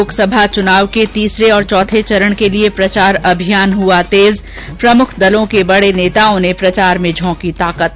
लोकसभा चुनाव के तीसरे और चौथे चरण के लिये प्रचार अभियान तेज हुआ प्रमुख दलों के बडे नेताओं ने प्रचार में झोंकी ताकत